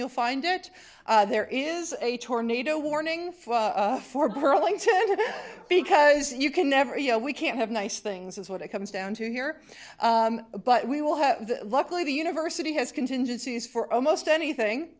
you'll find it there is a tornado warning for burlington today because you can never you know we can't have nice things is what it comes down to here but we will have luckily the university has contingencies for almost anything